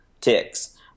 ticks